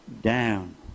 down